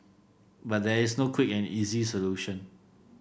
but there is no quick and easy solution